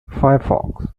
firefox